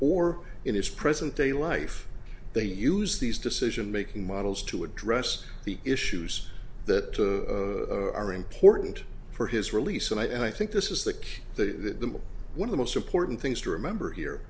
or in his present day life they use these decisionmaking models to address the issues that are important for his release and i think this is the key the one of the most important things to remember here